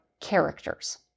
characters